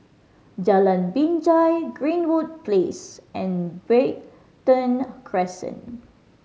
Jalan Binjai Greenwood Place and Brighton Crescent